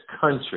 country